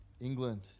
england